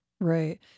Right